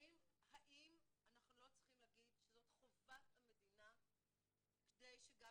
האם אנחנו לא צריכים להגיד שזאת חובת המדינה כדי שגם